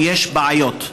או שיש בעיות.